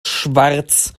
schwarz